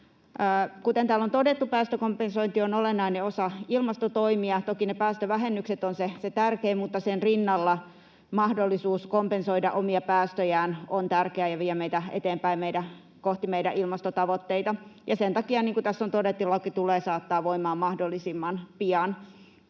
Kuten täällä on todettu, päästökompensointi on olennainen osa ilmastotoimia. Toki päästövähennykset ovat se tärkein toimi, mutta sen rinnalla mahdollisuus kompensoida omia päästöjä on tärkeä ja vie meitä eteenpäin kohti meidän ilmastotavoitteita, ja sen takia, niin kuin tässä on todettu, laki tulee saattaa voimaan mahdollisimman pian.